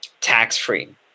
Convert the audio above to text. tax-free